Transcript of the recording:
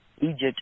egypt